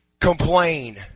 complain